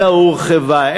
אלא הורחבה.